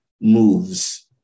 moves